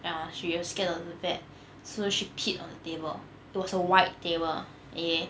ya she very scared that so she peed on the table it was a white table eh